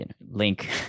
link